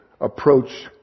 approach